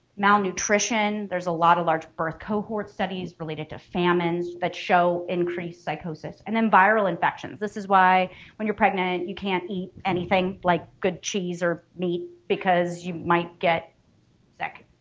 malnutrition, there's a lot of large birth cohort studies related to famines that show increased psychosis and then viral infections. this is why when you're pregnant you can't eat anything like good cheese or meat because you might get sick.